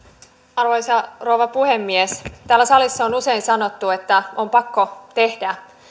arvoisa rouva puhemies täällä salissa on usein sanottu että on pakko tehdä